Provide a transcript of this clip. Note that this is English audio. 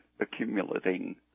accumulating